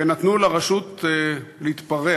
ונתנו לרשות להתפרע,